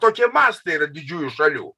tokie mastai yra didžiųjų šalių